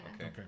Okay